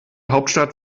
hauptstadt